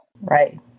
Right